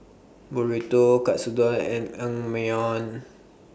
Burrito Katsudon and Naengmyeon